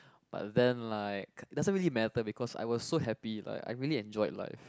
but then like doesn't really matter because I was so happy like I really enjoy life